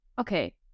okay